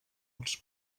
els